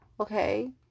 Okay